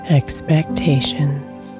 expectations